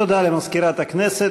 תודה למזכירת הכנסת.